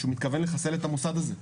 שהוא מתכוון לחסל את המוסד הזה.